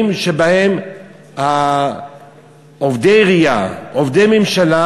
כימים שבהם עובדי עירייה, עובדי ממשלה,